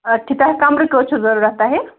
ادٕ کیٛاہ تۄہہِ کَمرٕ کٔژ چھُو ضروٗرت تۄہہِ